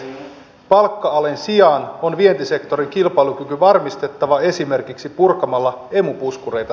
palkka alen sijaan on vientisektorin kilpailukyky varmistettava esimerkiksi purkamalla emu puskureita